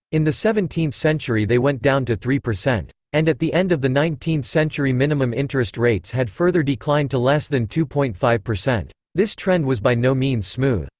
in the seventeenth century they went down to three percent. and at the end of the nineteenth century minimum interest rates had further declined to less than two point five percent. this trend was by no means smooth.